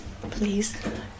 please